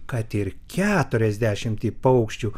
kad ir keturiasdešimtį paukščių